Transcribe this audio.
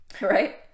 right